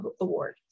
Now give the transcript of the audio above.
award